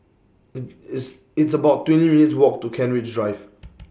IT It's It's about twenty minutes' Walk to Kent Ridge Drive